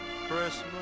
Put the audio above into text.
Christmas